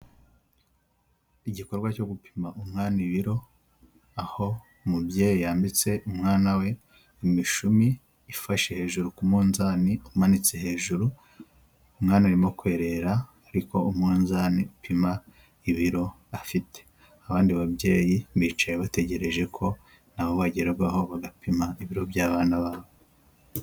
Igikorwa cyo gupima umwana ibiro, aho umubyeyi yambitse umwana we imishumi ifashe hejuru ku munzani umanitse hejuru, umwana arimo kwerera ariko umunzani upima ibiro afite, abandi babyeyi bicaye bategereje ko nabo bagerwaho bagapima ibiro by'abana babo.